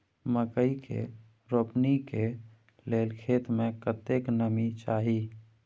मकई के रोपनी के लेल खेत मे कतेक नमी चाही?